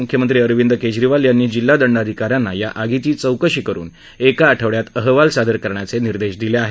मुख्यमंत्री अरविंद केजरीवाल यांनी जिल्हा दंडाधिकाऱ्यांना या आगीची चौकशी करुन एक आठवडयात अहवाल सादर करण्याचे निर्देश दिले आहेत